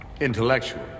Intellectual